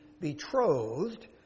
betrothed